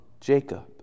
Jacob